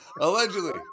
Allegedly